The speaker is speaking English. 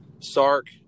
Sark